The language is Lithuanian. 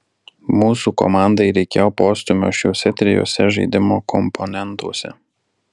mūsų komandai reikėjo postūmio šiuose trijuose žaidimo komponentuose